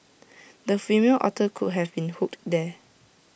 the female otter could have been hooked there